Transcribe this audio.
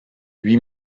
huit